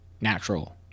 natural